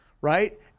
right